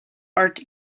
art